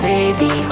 Baby